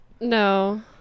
No